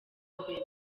mbere